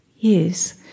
Yes